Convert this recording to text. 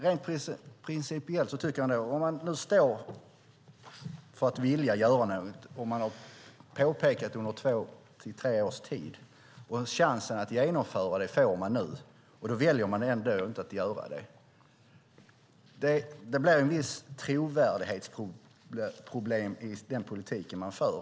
Rent principiellt tycker jag att om man står för att vilja göra något, har påpekat det i 2-3 års tid och nu får chansen att genomföra det och ändå väljer att inte att göra det blir det ett visst trovärdighetsproblem i den politik man för.